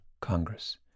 Congress